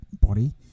body